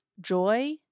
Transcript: joy